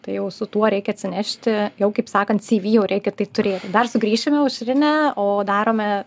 tai jau su tuo reikia atsinešti jau kaip sakant cyvy jau reikia tai turėti dar sugrįšime aušrine o darome